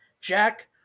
Jack